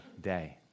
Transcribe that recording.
day